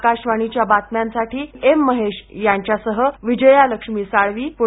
आकाशवाणीच्या बातम्यांसाठी एम महेश यांच्यासह विजयालक्ष्मी साळवी पुणे